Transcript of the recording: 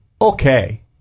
okay